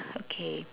okay